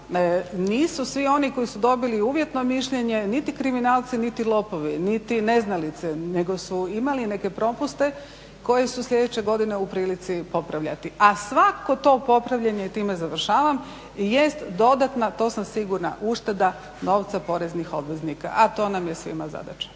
nisu svi oni koji su dobili uvjetno mišljenje niti kriminalci niti lopovi, niti neznalice nego su imali neke propuste koje su sljedeće godine u prilici popravljati. A svako to popravljanje, i time završavam, jest dodatna to sam sigurna ušteda novca poreznih obveznika, a to nam je svima zadaća.